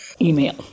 email